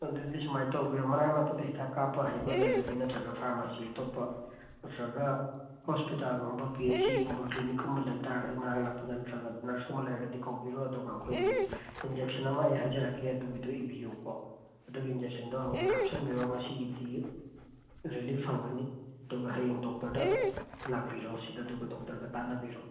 ꯑꯗꯨꯗꯤ ꯁꯨꯃꯥꯏꯟ ꯇꯧꯕꯤꯔꯣ ꯃꯅꯥꯛ ꯅꯛꯄꯗ ꯍꯤꯗꯥꯛ ꯀꯥꯞꯄ ꯍꯩꯕ ꯂꯩꯔꯗꯤ ꯅꯠꯇ꯭ꯔꯒ ꯐꯥꯔꯃꯥꯁꯤ ꯑꯇꯣꯞꯄ ꯅꯠꯇ꯭ꯔꯒ ꯍꯣꯁꯄꯤꯇꯥꯜꯒꯨꯝꯕ ꯄꯤꯍꯩꯆꯁꯤꯒꯨꯝꯕ ꯀ꯭ꯂꯤꯅꯤꯛꯀꯨꯝꯕ ꯂꯩꯕ ꯇꯥꯔꯒꯗꯤ ꯃꯅꯥꯛ ꯅꯛꯄꯗ ꯅꯠꯇ꯭ꯔꯒ ꯅꯔꯁꯀꯨꯝꯕ ꯂꯩꯔꯒꯗꯤ ꯀꯧꯕꯤꯔꯣ ꯑꯗꯨꯒ ꯑꯩꯈꯣꯏꯒꯤ ꯏꯟꯖꯦꯛꯁꯟ ꯑꯃ ꯑꯩ ꯍꯥꯏꯖꯔꯛꯀꯦ ꯑꯗꯨꯒꯤꯗꯣ ꯏꯕꯤꯌꯨꯀꯣ ꯑꯗꯨꯒ ꯏꯟꯖꯦꯛꯁꯟꯗꯣ ꯍꯧꯖꯤꯛ ꯀꯥꯞꯁꯟꯕꯤꯔꯣ ꯉꯁꯤꯒꯤꯗꯤ ꯔꯤꯂꯤꯐ ꯐꯪꯉꯅꯤ ꯑꯗꯨꯒ ꯍꯌꯦꯡ ꯗꯣꯛꯇꯔꯗ ꯂꯥꯛꯄꯤꯔꯣ ꯁꯤꯗ ꯑꯗꯨꯒ ꯗꯣꯛꯇꯔꯒ ꯇꯥꯟꯅꯕꯤꯔꯣ